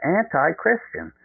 anti-Christian